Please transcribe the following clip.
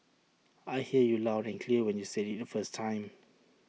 I heard you loud and clear when you said IT the first time